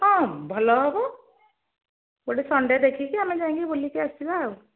ହଁ ଭଲ ହେବ ଗୋଟେ ସଣ୍ଡେ ଦେଖିକି ଆମେ ଯାଇକି ବୁଲିକି ଆସିବା ଆଉ